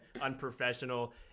unprofessional